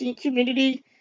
community